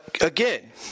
again